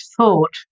thought